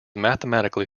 mathematically